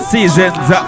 Seasons